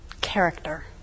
character